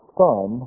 son